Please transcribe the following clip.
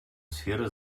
сферы